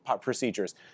procedures